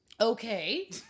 Okay